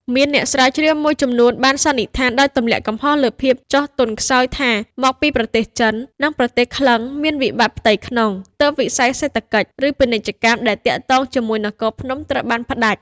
មានអ្នកស្រាវជ្រាវមួយចំនួនបានសន្និដ្ឋាន ដោយទម្លាក់កំហុសលើភាព ចុះទន់ខ្សោយថា មកពីប្រទេសចិន និងប្រទេសក្លិង្គមានវិបត្តិផ្ទៃក្នុង ទើបវិស័យ សេដ្ឋកិច្ច ឬពាណិជ្ជកម្មដែលទាក់ទងជាមួយនគរភ្នំត្រូវបានផ្តាច់។